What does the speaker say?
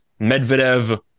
Medvedev